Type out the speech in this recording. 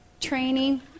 Training